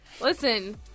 Listen